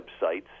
websites